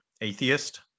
atheist